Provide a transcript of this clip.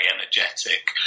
energetic